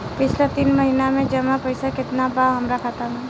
पिछला तीन महीना के जमा पैसा केतना बा हमरा खाता मे?